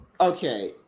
Okay